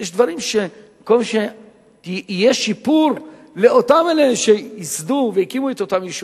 יש דברים שבמקום שיהיה שיפור לאלה שיסדו והקימו את אותם יישובים,